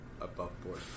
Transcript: above-board